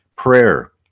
prayer